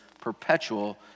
perpetual